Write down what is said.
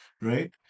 right